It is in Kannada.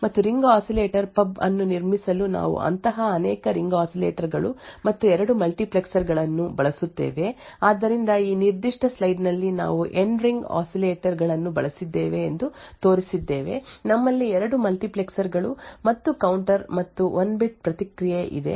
ಮತ್ತು ರಿಂಗ್ ಆಸಿಲೇಟರ್ ಪಬ್ ಅನ್ನು ನಿರ್ಮಿಸಲು ನಾವು ಅಂತಹ ಅನೇಕ ರಿಂಗ್ ಆಸಿಲೇಟರ್ ಗಳು ಮತ್ತು 2 ಮಲ್ಟಿಪ್ಲೆಕ್ಸರ್ ಗಳನ್ನು ಬಳಸುತ್ತೇವೆ ಆದ್ದರಿಂದ ಈ ನಿರ್ದಿಷ್ಟ ಸ್ಲೈಡ್ ನಲ್ಲಿ ನಾವು ಎನ್ ರಿಂಗ್ ಆಸಿಲೇಟರ್ ಗಳನ್ನು ಬಳಸಿದ್ದೇವೆ ಎಂದು ತೋರಿಸಿದ್ದೇವೆ ನಮ್ಮಲ್ಲಿ 2 ಮಲ್ಟಿಪ್ಲೆಕ್ಸರ್ ಗಳು ಮತ್ತು ಕೌಂಟರ್ ಮತ್ತು 1 ಬಿಟ್ ಪ್ರತಿಕ್ರಿಯೆ ಇದೆ